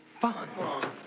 fun